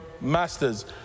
master's